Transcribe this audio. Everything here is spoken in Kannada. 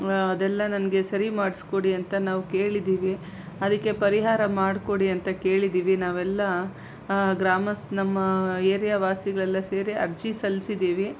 ಅದೆಲ್ಲ ನಮಗೆ ಸರಿ ಮಾಡ್ಸ್ಕೊಡಿ ಅಂತ ನಾವು ಕೇಳಿದ್ದೀವಿ ಅದಕ್ಕೆ ಪರಿಹಾರ ಮಾಡಿಕೊಡಿ ಅಂತ ಕೇಳಿದ್ದೀವಿ ನಾವೆಲ್ಲ ಗ್ರಾಮಸ್ ನಮ್ಮ ಏರಿಯಾ ವಾಸಿಗಳೆಲ್ಲ ಸೇರಿ ಅರ್ಜಿ ಸಲ್ಲಿಸಿದೀವಿ